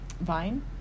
Vine